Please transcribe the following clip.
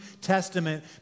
Testament